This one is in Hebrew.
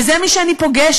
וזה מי שאני פוגשת,